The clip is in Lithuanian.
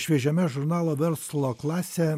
šviežiame žurnalo verslo klasė